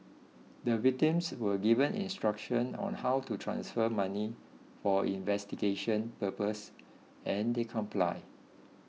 the victims were given instructions on how to transfer money for investigation purposes and they complied